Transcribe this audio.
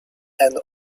and